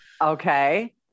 Okay